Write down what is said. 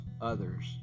others